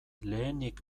lehenik